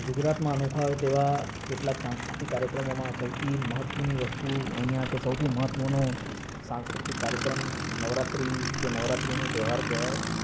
ગુજરાતમાં અનોખા હોય તેવા કેટલાક સાંસ્કૃતિક કાર્યક્રમોમાં સૌથી મહત્ત્વની વસ્તુ અહીંયાં કે સૌથી મહત્વનું સાંસ્કૃતિક કાર્યક્રમ નવરાત્રી કે નવરાત્રીનો તહેવાર કહેવાય